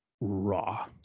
raw